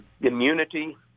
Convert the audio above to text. immunity